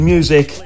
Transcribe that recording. Music